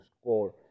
score